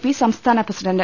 P സംസ്ഥാന president